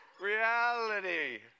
reality